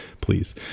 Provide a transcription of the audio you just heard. please